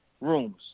rooms